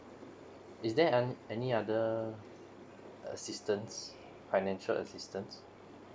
is there um any other assistance financial assistance